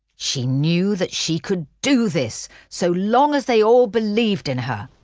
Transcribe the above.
she knew that she could do this so long as they all believed in her!